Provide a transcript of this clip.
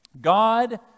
God